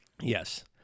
Yes